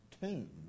tune